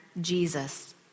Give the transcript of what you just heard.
Jesus